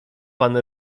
pan